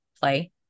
play